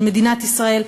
של מדינת ישראל,